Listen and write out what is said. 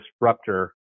disruptor